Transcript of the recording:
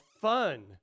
fun